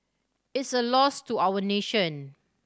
it's a loss to our nation